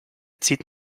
zieht